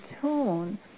tune